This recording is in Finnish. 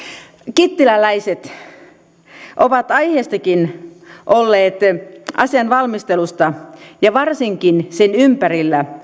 kittiläläiset ovat aiheestakin olleet asian valmistelusta ja varsinkin keskustelusta sen ympärillä